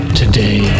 today